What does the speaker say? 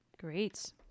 Great